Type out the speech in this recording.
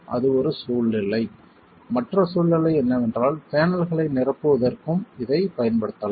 அது ஒரு சூழ்நிலை மற்ற சூழ்நிலை என்னவென்றால் பேனல்களை நிரப்புவதற்கும் இதைப் பயன்படுத்தலாம்